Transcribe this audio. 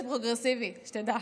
תלמידות זה פרוגרסיבי, שתדע.